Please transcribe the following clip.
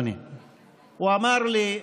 הוא אמר לי: